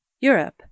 Europe